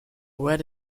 where